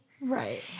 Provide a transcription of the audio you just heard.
right